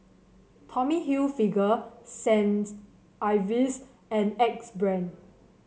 Tommy Hilfiger Saints Ives and Axe Brand